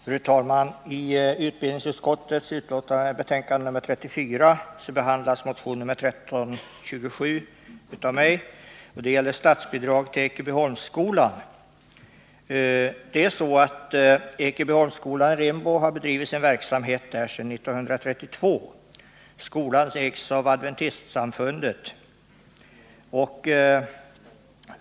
Fru talman! I utbildningsutskottets betänkande nr 34 behandlas motion 1327 som jag har väckt. Den gäller statsbidrag till Ekebyholmsskolan i Rimbo. Denna skola har bedrivit sin verksamhet sedan år 1932. Skolan ägs av Adventistsamfundet.